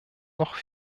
noch